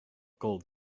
gold